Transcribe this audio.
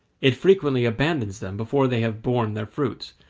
it frequently abandons them before they have borne their fruits,